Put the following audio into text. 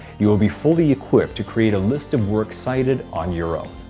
you will be fully equipped to create a list of works cited on your own.